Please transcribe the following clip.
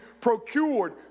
procured